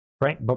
Right